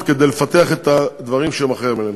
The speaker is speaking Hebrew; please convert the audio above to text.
כדי לפתח את הדברים שהם אחראים להם.